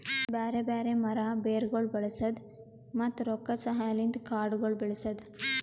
ಬ್ಯಾರೆ ಬ್ಯಾರೆ ಮರ, ಬೇರಗೊಳ್ ಬಳಸದ್, ಮತ್ತ ರೊಕ್ಕದ ಸಹಾಯಲಿಂತ್ ಕಾಡಗೊಳ್ ಬೆಳಸದ್